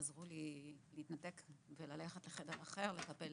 עזרו לי להתנתק וללכת לחדר אחר, לקבל